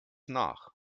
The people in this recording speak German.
nach